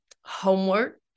homework